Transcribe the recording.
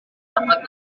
dapat